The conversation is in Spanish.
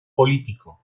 político